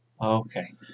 Okay